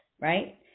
right